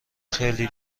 خیلی